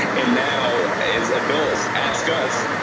and now as adults ask us,